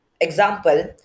Example